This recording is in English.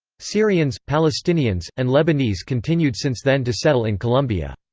syrians, palestinians, and lebanese continued since then to settle in colombia.